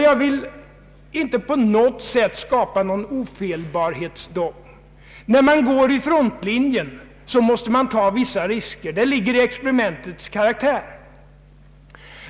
Jag vill inte på något sätt skapa en ofelbarhetsdogm — när man går i frontlinjen måste man ta vissa risker, det ligger i experimentets karaktär.